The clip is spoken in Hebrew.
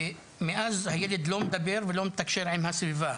ומאז הילד לא מדבר ולא מתקשר עם הסביבה.